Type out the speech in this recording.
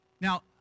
Now